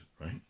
right